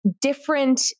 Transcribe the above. different